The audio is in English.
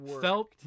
felt